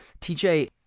TJ